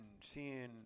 seeing